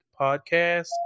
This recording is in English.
podcast